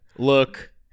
Look